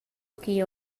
ch’igl